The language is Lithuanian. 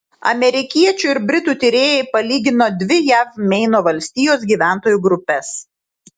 amerikiečių ir britų tyrėjai palygino dvi jav meino valstijos gyventojų grupes